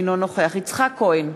אינו נוכח יצחק כהן,